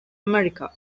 america